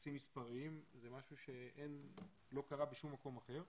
ביחסים מספריים זה משהו שלא קרה בשום מקום אחר,